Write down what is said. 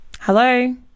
hello